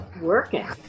working